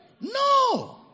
no